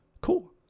cool